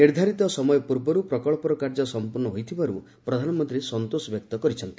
ନିର୍ଦ୍ଧାରିତ ସମୟ ପୂର୍ବରୁ ପ୍ରକଳ୍ପର କାର୍ଯ୍ୟ ସଂପୂର୍ଣ୍ଣ ହୋଇଥିବାରୁ ପ୍ରଧାନମନ୍ତ୍ରୀ ସନ୍ତୋଷ ପ୍ରକାଶ କରିଚ୍ଚନ୍ତି